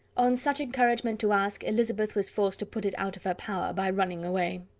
on such encouragement to ask, elizabeth was forced to put it out of her power, by running away.